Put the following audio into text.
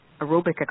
aerobic